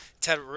Ted